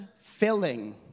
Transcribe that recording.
filling